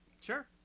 Sure